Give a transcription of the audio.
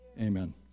Amen